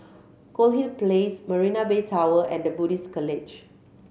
Goldhill Place Marina Bay Tower and The Buddhist College